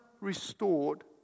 restored